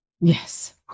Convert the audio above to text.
yes